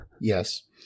Yes